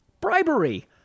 bribery